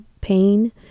pain